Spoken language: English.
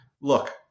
Look